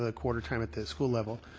ah quarter time at the school level.